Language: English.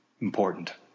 important